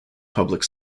public